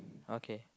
okay